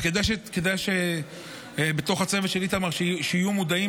אז כדאי שבתוך הצוות של איתמר שיהיו מודעים